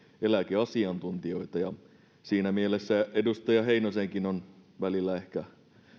eläkeasiantuntijoita siinä mielessä edustaja heinosenkin on välillä ehkä